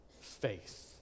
faith